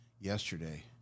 yesterday